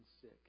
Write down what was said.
sick